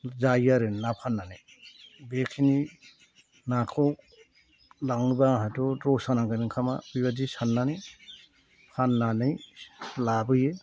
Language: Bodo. जायो आरो ना फान्नानै बेखिनि नाखौ लाङोबा आंहाथ' रसा नांगोन ओंखामा बेबायदि सान्नानै फान्नानै लाबोयो